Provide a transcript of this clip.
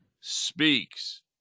speaks